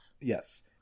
Yes